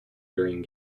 during